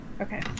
Okay